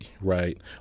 right